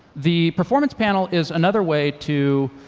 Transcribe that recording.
the performance panel is another way to